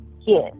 Yes